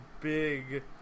big